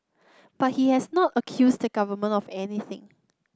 but he has not accused the government of anything